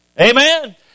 Amen